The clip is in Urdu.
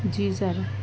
جی سر